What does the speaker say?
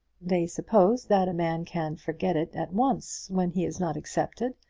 they suppose that a man can forget it at once when he is not accepted,